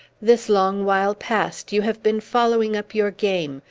this long while past, you have been following up your game,